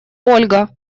ольга